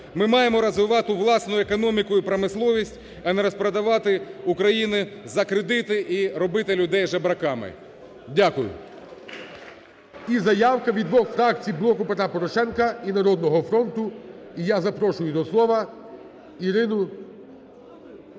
Ми маємо розвивати власну економіку і промисловість, а не розпродавати Україну за кредити і робити людей жебраками. Дякую. ГОЛОВУЮЧИЙ. І заявка від двох фракцій: "Блоку Петра Порошенка" і "Народного фронту". І я запрошую до слова Ірину